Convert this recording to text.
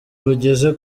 bugeze